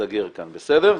שייסגר כאן, בסדר?